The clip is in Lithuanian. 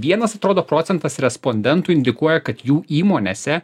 vienas atrodo procentas respondentų indikuoja kad jų įmonėse